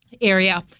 area